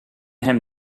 hem